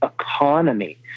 economy